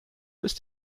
ist